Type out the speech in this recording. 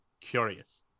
curious